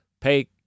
pay